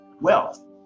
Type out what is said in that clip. wealth